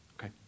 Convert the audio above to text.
Okay